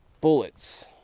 bullets